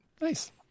nice